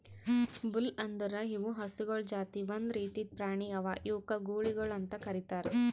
bull ಅಂದುರ್ ಇವು ಹಸುಗೊಳ್ ಜಾತಿ ಒಂದ್ ರೀತಿದ್ ಪ್ರಾಣಿ ಅವಾ ಇವುಕ್ ಗೂಳಿಗೊಳ್ ಅಂತ್ ಕರಿತಾರ್